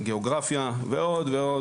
גיאוגרפיה ועוד ועוד,